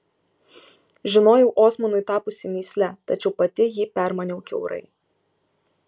žinojau osmanui tapusi mįsle tačiau pati jį permaniau kiaurai